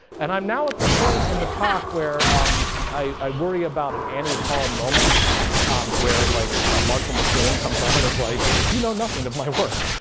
and i'm now at the point in the talk where um i worry about an annie hall moment um where like ah marshall mcluhan comes on as like, you know nothing of my work,